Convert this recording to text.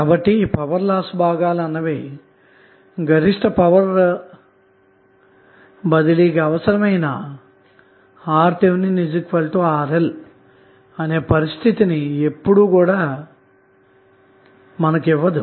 కాబట్టి ఈ power loss భాగాలు అన్నవి గరిష్ట పవర్ బదిలీ కి అవసరమైన RThRL అనే పరిస్థితి ని ఎప్పుడు ఇవ్వదు